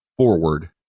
forward